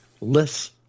less